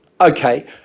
okay